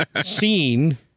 seen